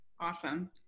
Awesome